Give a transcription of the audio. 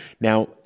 Now